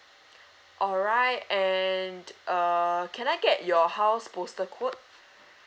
alright and err can I get your house postal code